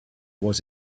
was